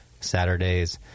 Saturday's